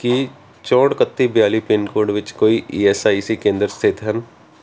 ਕੀ ਚੌਂਹਠ ਇਕੱਤੀ ਬਿਆਲੀ ਪਿੰਨ ਕੋਡ ਵਿੱਚ ਕੋਈ ਈ ਐੱਸ ਆਈ ਸੀ ਕੇਂਦਰ ਸਥਿਤ ਹਨ